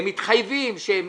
הם מתחייבים שהם